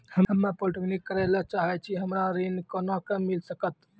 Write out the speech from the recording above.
हम्मे पॉलीटेक्निक करे ला चाहे छी हमरा ऋण कोना के मिल सकत?